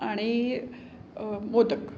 आणि मोदक